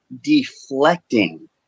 deflecting